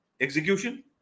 execution